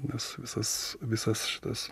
nes visas visas šitas